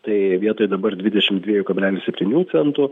tai vietoj dabar dvidešimt dviejų kablelis septynių centų